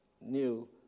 new